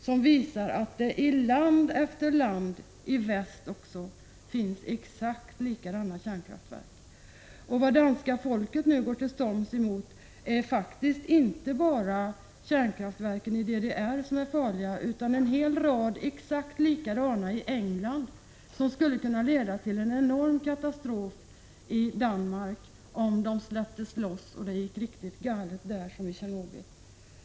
Det visar att det i land efter land också i väst finns exakt likadana kärnkraftverk som i Sovjetunionen. Vad danska folket nu går till storms emot är faktiskt inte bara farliga kärnkraftverk i DDR utan en hel rad exakt likadana kärnkraftverk i England, som skulle kunna leda till en enormt stor katastrof i Danmark om det gick lika galet i England som i Tjernobyl.